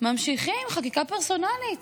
ממשיכים עם חקיקה פרסונלית,